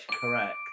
correct